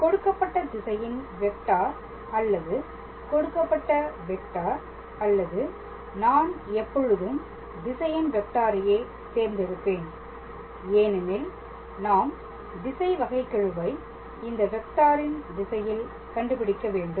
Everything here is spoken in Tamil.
கொடுக்கப்பட்ட திசையின் வெக்டார் அல்லது கொடுக்கப்பட்ட வெக்டார் அல்லது நான் எப்பொழுதும் திசையின் வெக்டாரையே தேர்ந்தெடுப்பேன் ஏனெனில் நாம் திசை வகைக்கெழுவை இந்த வெக்டாரின் திசையில் கண்டுபிடிக்க வேண்டும்